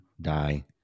die